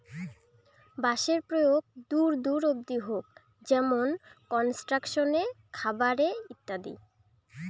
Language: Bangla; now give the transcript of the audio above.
বাঁশের প্রয়োগ দূর দূর অব্দি হউক যেমন কনস্ট্রাকশন এ, খাবার এ ইত্যাদি